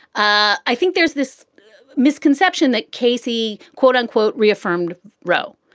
i think there's this misconception that casey, quote unquote, reaffirmed roe,